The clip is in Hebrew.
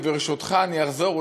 וברשותך אחזור,